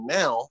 now